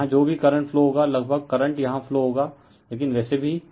तो यहाँ जो भी करंट फ्लो होगा लगभग करंट यहाँ फ्लो होगा लेकिन वैसे भी